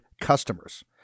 customers